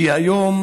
שהיום